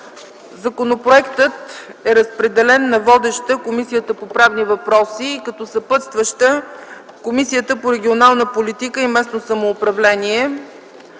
Законопроектът е разпределен на водещата Комисия по правни въпроси и съпътстваща Комисия по регионална политика и местно самоуправление.